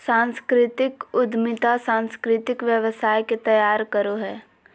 सांस्कृतिक उद्यमिता सांस्कृतिक व्यवसाय के तैयार करो हय